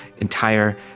entire